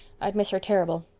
i'd miss her terrible.